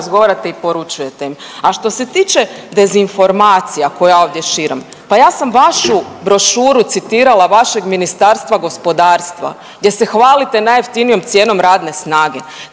razgovarate i poručujete im. A što se tiče dezinformacija koje ja ovdje širim, pa ja sam vašu brošuru citirala, vašeg Ministarstva gospodarstva gdje se hvalite najjeftinijom cijenom radne snage.